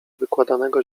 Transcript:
wykładanego